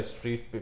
Street